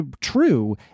True